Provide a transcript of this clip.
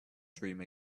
dream